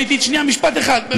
משטרת האופנה סולחת לך.